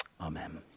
Amen